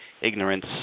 ignorance